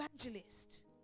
evangelist